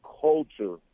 culture